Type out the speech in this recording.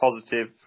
positive